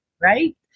right